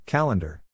Calendar